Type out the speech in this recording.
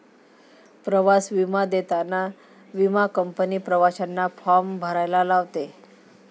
प्रवास विमा देताना विमा कंपनी प्रवाशांना फॉर्म भरायला लावते